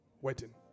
wedding